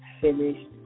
finished